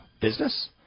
business